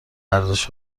ارزش